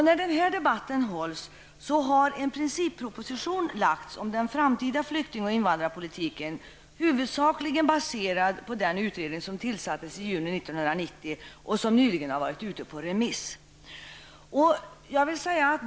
När denna debatt hålls har en principproposition lagts om den framtida flykting och invandrarpolitiken, huvudsakligen baserad på den utredning som tillsattes i juni 1990 och som nyligen har varit ute på remiss.